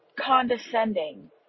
condescending